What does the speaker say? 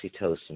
oxytocin